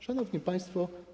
Szanowni Państwo!